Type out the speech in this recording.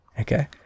Okay